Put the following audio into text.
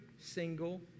single